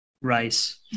Rice